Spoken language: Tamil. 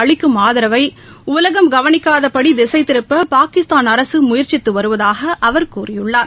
அளிக்கும் ஆதரவை உலகம் கவனிக்காதபடி திசை திருப்ப பாகிஸ்தான் அரசு முயற்சித்து வருவதாக அவர் கூறியுள்ளார்